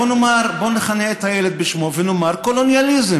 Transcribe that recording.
בוא נכנה את הילד בשמו ונאמר "קולוניאליזם",